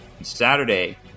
Saturday